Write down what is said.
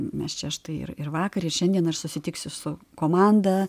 mes čia štai ir ir vakar ir šiandien aš susitiksiu su komanda